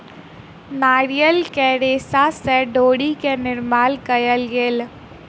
नारियल के रेशा से डोरी के निर्माण कयल गेल